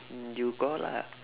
mm you go out lah